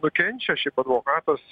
nukenčia šiaip advokatas